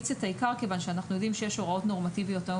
כיוון שאנחנו יודעים שיש הוראות נורמטיביות היום